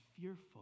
fearful